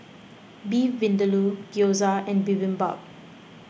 Beef Vindaloo Gyoza and Bibimbap